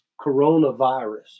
coronavirus